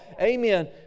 Amen